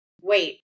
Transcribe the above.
wait